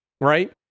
Right